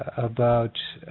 about